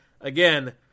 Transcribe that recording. again